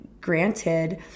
granted